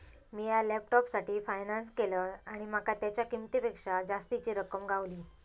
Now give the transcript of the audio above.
मिया लॅपटॉपसाठी फायनांस केलंय आणि माका तेच्या किंमतेपेक्षा जास्तीची रक्कम गावली